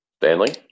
Stanley